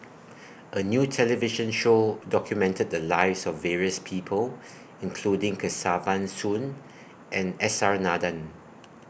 A New television Show documented The Lives of various People including Kesavan Soon and S R Nathan